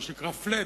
מה שנקרא flat,